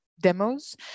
demos